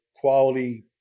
quality